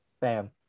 Bam